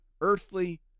earthly